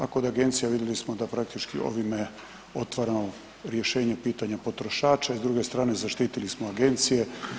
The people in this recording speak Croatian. A kod agencija vidjeli smo da praktički ovime otvaramo rješenje pitanja potrošača i s druge strane zaštitili smo agencije.